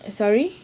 sorry